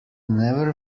never